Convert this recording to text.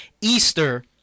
Easter